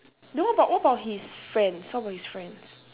no but what about his friends what about his friends